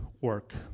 work